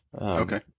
Okay